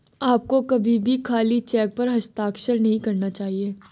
आपको कभी भी खाली चेक पर हस्ताक्षर नहीं करना चाहिए